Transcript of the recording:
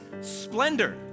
splendor